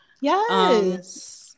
yes